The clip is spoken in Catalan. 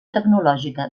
tecnològica